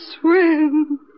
swim